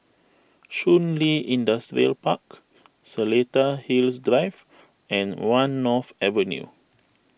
Shun Li Industrial Park Seletar Hills Drive and one North Avenue